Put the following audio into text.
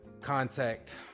contact